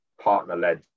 partner-led